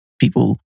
People